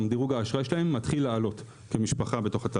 גם דירוג האשראי שלהם מתחיל לעלות כמשפחה בתוך התהליך.